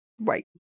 Right